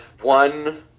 one